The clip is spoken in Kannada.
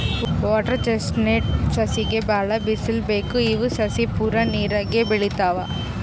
ವಾಟರ್ ಚೆಸ್ಟ್ನಟ್ ಸಸಿಗ್ ಭಾಳ್ ಬಿಸಲ್ ಬೇಕ್ ಇವ್ ಸಸಿ ಪೂರಾ ನೀರಾಗೆ ಬೆಳಿತಾವ್